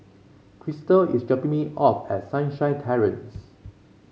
Kristal is dropping me off at Sunshine Terrace